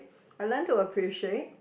I learn to appreciate